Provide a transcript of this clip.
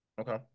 Okay